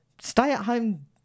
stay-at-home